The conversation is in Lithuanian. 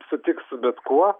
sutiks su bet kuo